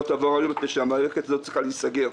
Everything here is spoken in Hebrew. תעבור היום מפני שהמערכת הזאת צריכה להיסגר,